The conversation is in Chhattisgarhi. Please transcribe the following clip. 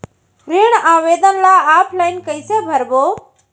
ऋण आवेदन ल ऑफलाइन कइसे भरबो?